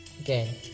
Again